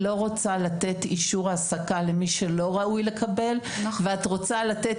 את לא רוצה לתת אישור העסקה למי שלא ראוי לקבל ואת רוצה לתת